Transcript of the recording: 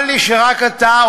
תודה רבה.